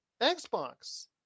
Xbox